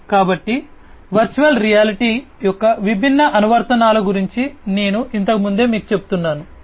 కాబట్టి virtual reality యొక్క విభిన్న అనువర్తనాల గురించి నేను ఇంతకు ముందే మీకు చెప్తున్నాను